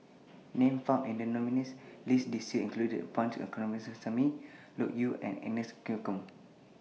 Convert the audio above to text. Names found in The nominees' list This Year include Punch Coomaraswamy Loke Yew and Agnes Joaquim